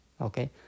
Okay